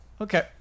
Okay